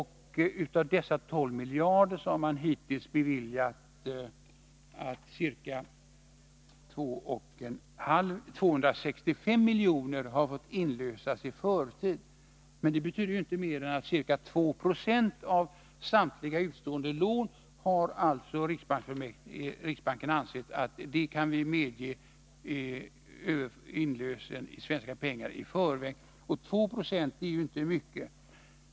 Hittills har man beviljat att ca 265 miljoner fått inlösas i förtid. Det betyder att inte mer än ca 2 Jo av samtliga utestående lån har av riksbanken medgivits inlösen i svenska pengar i förväg. 2 Ye är inte mycket.